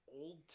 old